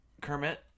Kermit